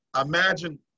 imagine